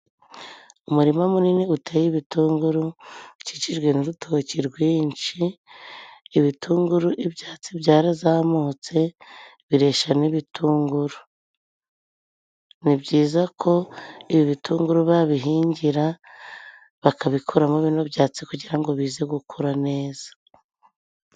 Umurima munini uteye ibitunguru, ukikijwe n'urutoki rwinshi. Ibitunguru ibyatsi byarazamutse, bireshya n'ibitunguru. Ni byiza ko ibi bitunguru babihingira, bakabikuramo bino byatsi kugira ngo bize gukura neza.